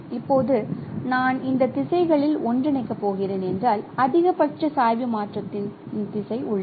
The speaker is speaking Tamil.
இப்போது நான் இந்த திசைகளில் ஒன்றிணைக்கப் போகிறேன் என்றால் அதிகபட்ச சாய்வு மாற்றத்தின் திசை உள்ளது